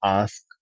ask